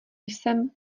jsem